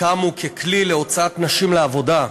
קמו ככלי להוצאת נשים לעבודה,